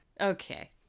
Okay